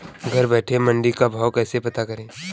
घर बैठे मंडी का भाव कैसे पता करें?